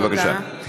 בבקשה.